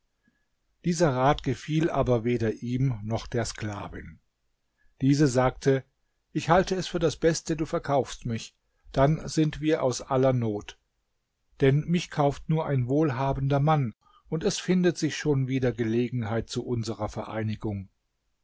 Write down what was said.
dieser rat gefiel aber weder ihm noch der sklavin diese sagte ich halte es für das beste du verkaufst mich dann sind wir aus aller not denn mich kauft nur ein wohlhabender mann und es findet sich schon wieder gelegenheit zu unserer vereinigung